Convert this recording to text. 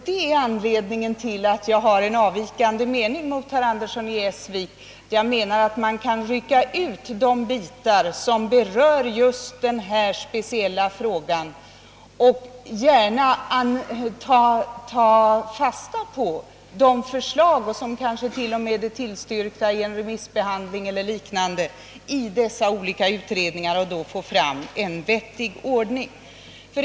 Detta är anledningen till att jag har en annan mening än herr Andersson i Essvik. Jag menar nämligen att man kan rycka ut de delar som berör just rättssäkerheten och gärna ta fasta på de förslag, som kanske till och med vid dessa olika utredningar tillstyrkts vid en remissbehandling eller liknande, och på så sätt få fram en vettig ordning.